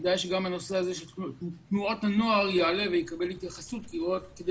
כדאי שגם הנושא הזה של תנועות הנוער יעלה ויקבל התייחסות כדי